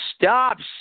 stops